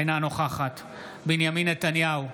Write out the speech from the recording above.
אינה נוכחת בנימין נתניהו,